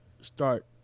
start